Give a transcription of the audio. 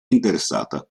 interessata